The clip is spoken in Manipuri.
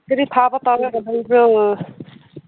ꯀꯔꯤ ꯊꯕꯛ ꯇꯧꯔꯒ ꯂꯩꯕ꯭ꯔꯣ